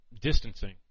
distancing